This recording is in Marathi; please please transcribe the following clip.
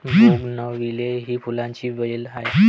बोगनविले ही फुलांची वेल आहे